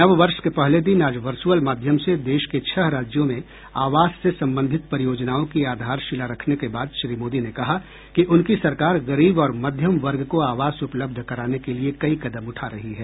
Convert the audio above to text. नववर्ष के पहले दिन आज वर्च्रअल माध्यम से देश के छह राज्यों में आवास से संबंधित परियोजनाओं की आधार शिला रखने के बाद श्री मोदी ने कहा कि उनकी सरकार गरीब और मध्यम वर्ग को आवास उपलब्ध कराने के लिए कई कदम उठा रही है